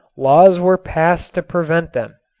laws were passed to prevent them.